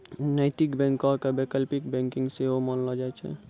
नैतिक बैंको के वैकल्पिक बैंकिंग सेहो मानलो जाय छै